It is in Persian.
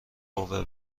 قوه